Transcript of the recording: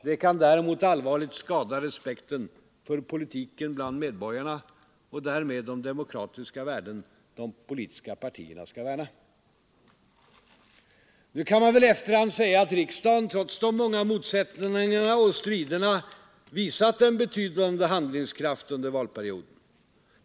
Det kan däremot allvarligt skada respekten för politiken bland medborgarna och därmed de demokratiska värden de politiska partierna skall värna.” Nu kan man väl i efterhand säga att riksdagen trots de många motsättningarna och striderna visat en betydande handlingskraft under den gångna valperioden.